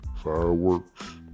fireworks